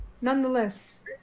Nonetheless